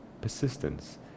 persistence